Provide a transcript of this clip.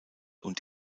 und